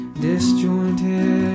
disjointed